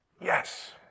yes